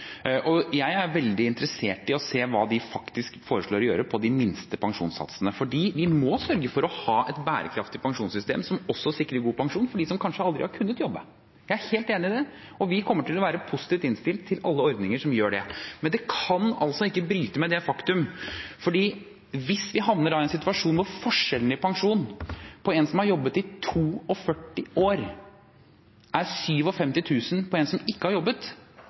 Jeg er veldig interessert i å se hva de faktisk foreslår å gjøre når det gjelder de minste pensjonssatsene, for vi må sørge for å ha et bærekraftig pensjonssystem som også sikrer god pensjon for dem som kanskje aldri har kunnet jobbe. Jeg er helt enig i det. Vi kommer til å være positivt innstilt til alle ordninger som gjør det, men det kan ikke bryte med det faktum at hvis vi havner i en situasjon hvor forskjellene i pensjon er 57 000 kr for en som har jobbet i 42 år, i forhold en som ikke har jobbet,